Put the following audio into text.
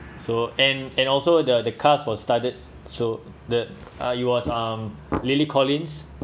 so and and also the the cast was studded so the uh it was um lily collins